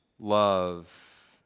love